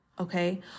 okay